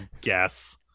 guess